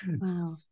Wow